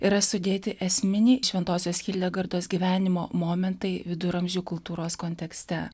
yra sudėti esminiai šventosios hildegardos gyvenimo momentai viduramžių kultūros kontekste